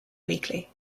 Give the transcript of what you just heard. weekly